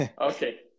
okay